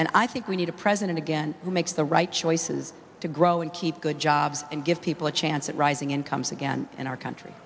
and i think we need a president again who makes the right choices to grow and keep good jobs and give people a chance at rising incomes again in our country